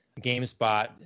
GameSpot